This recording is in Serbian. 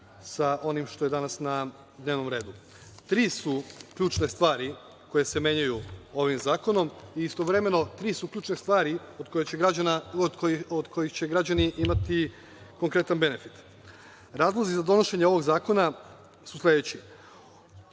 sa onim što je danas na dnevnom redu. Tri su ključne stvari koje se menjaju ovi zakonom. Istovremeno tri su ključne stvari od kojih će građani imati konkretan benefit. Razlozi za donošenje ovog zakona su sledeći.